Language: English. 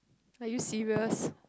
are you serious